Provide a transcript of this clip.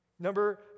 Number